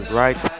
right